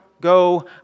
go